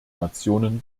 nationen